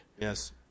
Yes